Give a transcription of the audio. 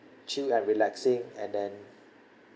chill and relaxing and then